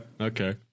Okay